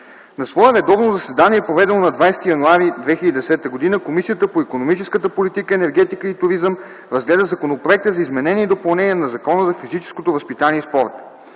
На свое редовно заседание, проведено на 20 януари 2010 г, Комисията по икономическата политика, енергетика и туризъм разгледа Законопроекта за изменение и допълнение на Закона за физическото възпитание и спорта.